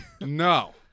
No